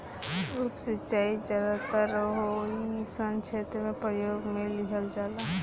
उप सिंचाई ज्यादातर ओइ सन क्षेत्र में प्रयोग में लिहल जाला